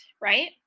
right